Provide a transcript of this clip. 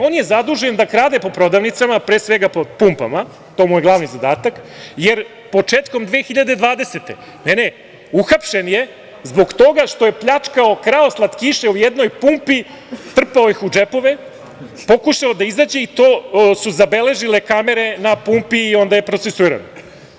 On je zadužen da krade po prodavnicama, pre svega po pumpama, to mu je glavni zadatak, jer početkom 2020. godine je uhapšen zbog toga što je pljačkao, krao slatkiše u jednoj pumpi, trpao ih u džepove, pokušao da izađe i to su zabeležile kamere na pumpi i onda je procesuiran.